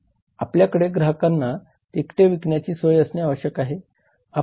आपल्याकडे ग्राहकांना तिकिटे विकण्याची सोय असणे आवश्यक आहे